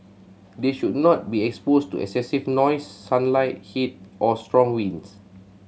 they should not be exposed to excessive noise sunlight heat or strong winds